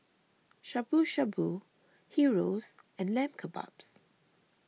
Shabu Shabu Gyros and Lamb Kebabs